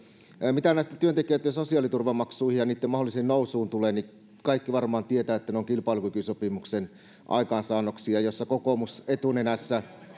mitä näihin työntekijöitten sosiaaliturvamaksuihin ja niitten mahdolliseen nousuun tulee niin kaikki varmaan tietävät että ne ovat kilpailukykysopimuksen aikaansaannoksia jossa kokoomus etunenässä